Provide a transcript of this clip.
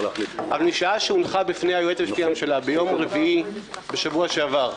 אבל בשעה שהונחה בפני היועץ המשפטי לממשלה ביום רביעי בשבוע שעבר,